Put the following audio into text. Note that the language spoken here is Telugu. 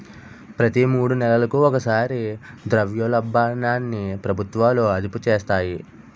ప్రతి మూడు నెలలకు ఒకసారి ద్రవ్యోల్బణాన్ని ప్రభుత్వాలు అదుపు చేస్తాయి